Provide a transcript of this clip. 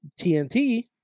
TNT